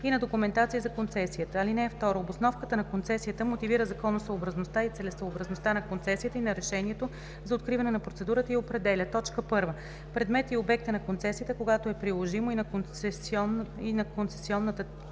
и на документация за концесията. (2) Обосновката на концесията мотивира законосъобразността и целесъобразността на концесията и на решението за откриване на процедурата и определя: 1. предмета и обекта на концесията, а когато е приложимо – и на концесионната